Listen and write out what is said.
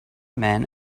men